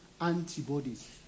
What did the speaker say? antibodies